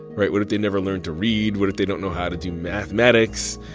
right? what if they never learn to read? what if they don't know how to do mathematics?